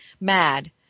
mad